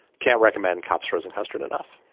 can't recommend cups frozen custard enough